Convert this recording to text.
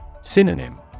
Synonym